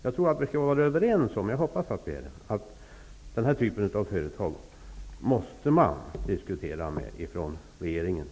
Jag hoppas att vi kan vara överens om att det är regeringen som måste diskutera med den här typen av företag.